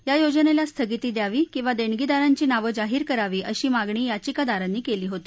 या योजनेला स्थगिती द्यावी किंवा देणगीदारांची नावं जाहीर करावी अशी मागणी याचिकादारांनी केली होती